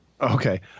Okay